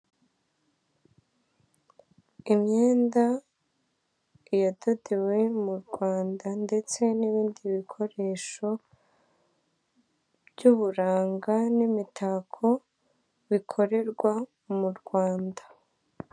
Imyenda yadodewe mu Rwanda ndetse n'ibindi bikoresho by'uburanga n'imitako bikorerwa mu Rwanda.